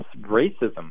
racism